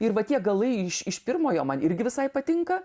ir va tie galai iš iš pirmojo man irgi visai patinka